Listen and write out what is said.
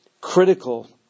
critical